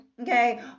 okay